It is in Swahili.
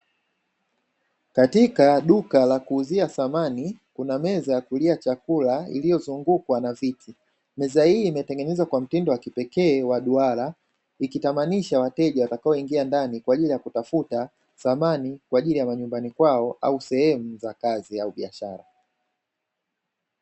Katika duka la kuuzia samani kuna meza ya kulia chakula iliyozungukwa na viti, meza hii imetengenezwa kwa mtindo wa kipekee wa duara ikitamanisha wateja watakoingia ndani kwa ajili ya kutafuta samani kwa ajili ya manyumbani kwao au sehemu za kazi au biashara.